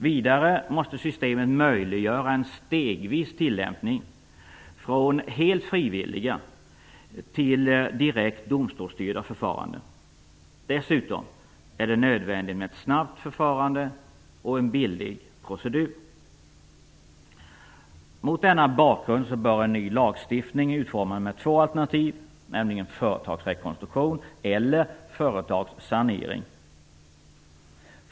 Vidare måste systemet möjliggöra en stegvis tillämpning från helt frivilliga till direkt domstolsstyrda förfaranden. Dessutom är det nödvändigt med ett snabbt förfarande och en billig procedur. Mot denna bakgrund bör en ny lagstiftning utformas med två alternativ, nämligen företagsrekonstruktion eller företagssanering.